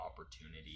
opportunity